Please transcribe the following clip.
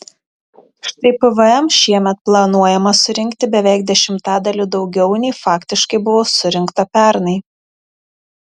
štai pvm šiemet planuojama surinkti beveik dešimtadaliu daugiau nei faktiškai buvo surinkta pernai